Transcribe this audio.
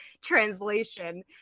translation